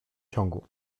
ciągu